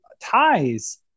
ties